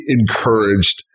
encouraged